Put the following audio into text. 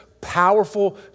powerful